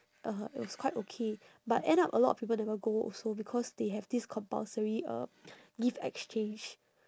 uh it was quite okay but end up a lot of people never go also because they have this compulsory um gift exchange